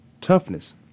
Toughness